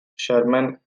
sherman